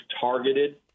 targeted